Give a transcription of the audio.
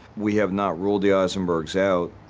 we have not ruled the aisenbergs out.